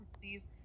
please